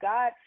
God